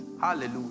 Hallelujah